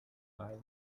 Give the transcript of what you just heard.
eye